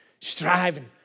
Striving